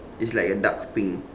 it's like a dark pink